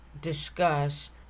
discuss